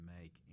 make